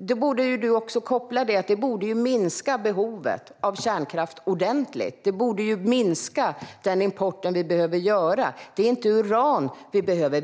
Du borde koppla att behovet av kärnkraft då bör minska ordentligt. Den import vi behöver bör minska. Det är inte uran vi behöver.